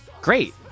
great